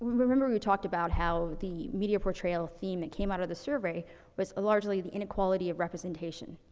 remember we talked about how the medial portrayal theme that came outta the survey was largely the inequality of representation.